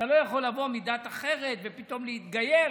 אתה לא יכול לבוא מדת אחרת ופתאום להתגייר,